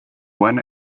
when